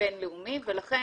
בין-לאומי ולכן